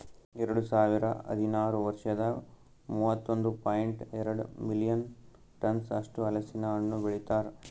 ಎರಡು ಸಾವಿರ ಹದಿನಾರು ವರ್ಷದಾಗ್ ಮೂವತ್ತೊಂದು ಪಾಯಿಂಟ್ ಎರಡ್ ಮಿಲಿಯನ್ ಟನ್ಸ್ ಅಷ್ಟು ಹಲಸಿನ ಹಣ್ಣು ಬೆಳಿತಾರ್